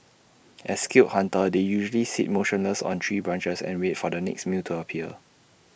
as skilled hunters they usually sit motionless on tree branches and wait for their next meal to appear